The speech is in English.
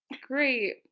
great